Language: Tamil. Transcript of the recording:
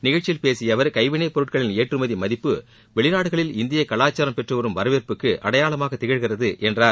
நிகழ்ச்சியில் பேசிய அவர் கைவினைப் பொருட்களின் ஏற்றுமதி மதிப்பு வெளிநாடுகளில் இந்திய கலாச்சாரம் பெற்று வரும் வரவேற்புக்கு அடையாளமாக திகழ்கிறது என்றார்